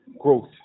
growth